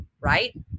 right